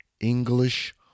English